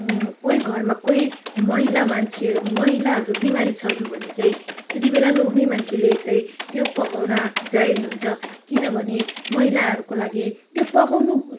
कोही घरमा कोही महिला मान्छे महिलाहरू बिमारी छन् भने चाहिँ त्यति बेला लोग्ने मान्छेले चाहिँ त्यो पकाउन जायज हुन्छ किनभने महिलाहरूको लागि त्यो पकाउनु